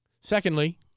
Secondly